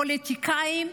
פוליטיקאים,